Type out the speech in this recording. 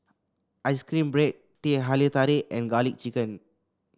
ice cream bread Teh Halia Tarik and garlic chicken